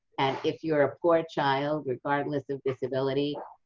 and if you're a poor child, regardless of disability,